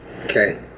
Okay